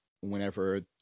whenever